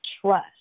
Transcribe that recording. Trust